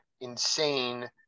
insane